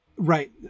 Right